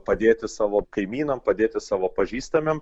padėti savo kaimynam padėti savo pažįstamiem